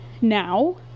now